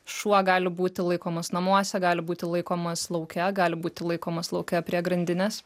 šuo gali būti laikomas namuose gali būti laikomas lauke gali būti laikomas lauke prie grandinės